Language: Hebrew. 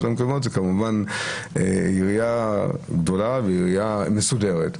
המקומיות זה כמובן עירייה גדולה ועירייה מסודרת.